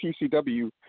PCW